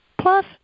plus